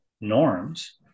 norms